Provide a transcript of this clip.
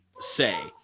say